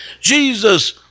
Jesus